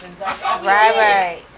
right